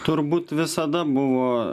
turbūt visada buvo